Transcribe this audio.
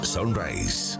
Sunrise